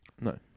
No